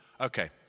okay